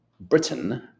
Britain